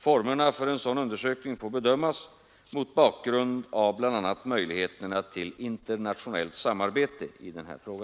Formerna för en sådan undersökning får bedömas mot bakgrund av bl.a. möjligheterna till internationellt samarbete i denna fråga.